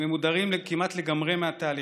הם מודרים כמעט לגמרי מהתהליכים,